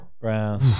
Brown